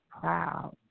proud